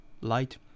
light